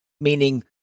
meaning